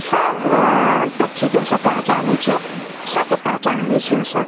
सब पक्षी के हमसब पहचानै छी सबके पहचान लै छी हमसब